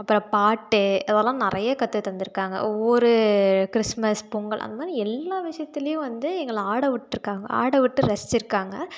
அப்புறம் பாட்டு அதெல்லாம் நிறையா கற்றுத் தந்திருக்காங்க ஒவ்வொரு கிறிஸ்மஸ் பொங்கல் அதுமாதிரி எல்லா விஷத்துலேயும் வந்து எங்களை ஆட விட்ருக்காங்க ஆட விட்டு ரசிச்சுருக்காங்க